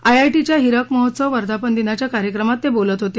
आयआयटीच्या हिरकमहोत्सव वर्धापन दिनाच्या कार्यक्रमात ते बोलत होते